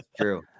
true